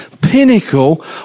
pinnacle